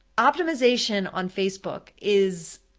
optimization on facebook is,